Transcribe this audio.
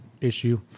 issue